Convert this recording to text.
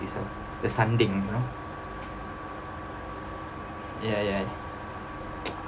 this one the sanding you know ya ya